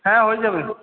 হ্যাঁ হয়ে যাবে